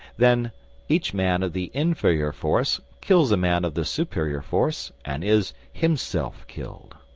then each man of the inferior force kills a man of the superior force and is himself killed.